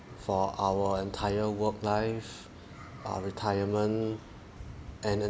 for our entire work life our retirement and